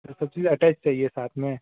अच्छा सब चीज अटैच चाहिए साथ में